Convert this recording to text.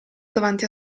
davanti